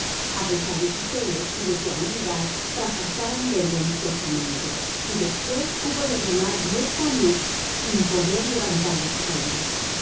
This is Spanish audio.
a pesar de su celo y de su habilidad fracasaron vergonzosamente y después hubo de remar diez años sin poderse levantar de su caída